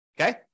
Okay